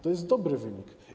To jest dobry wynik.